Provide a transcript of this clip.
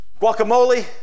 guacamole